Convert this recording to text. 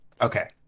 Okay